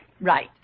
Right